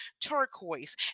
turquoise